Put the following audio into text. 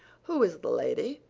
who is the lady?